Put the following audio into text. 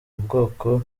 ubwoko